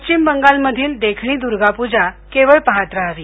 पश्चिम बंगाल मधील देखणी दर्गा पूजा केवळ पाहत राहावी